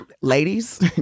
Ladies